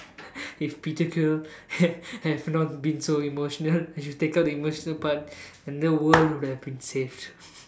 if peter-quill had have not been so emotional I should take out the emotional part and the world would have been saved